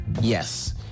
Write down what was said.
Yes